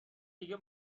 دیگه